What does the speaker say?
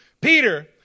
Peter